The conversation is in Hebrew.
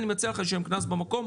אני מציע לך לשלם קנס במקום,